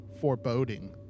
foreboding